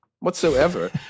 whatsoever